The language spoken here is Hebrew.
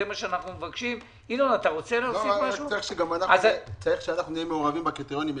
צריך שגם אנחנו נהיה מעורבים בקריטריונים.